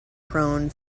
prone